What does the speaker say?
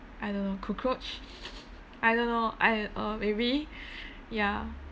I don't know cockroach I don't know I uh maybe ya